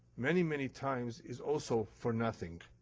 many, many times is also for nothing.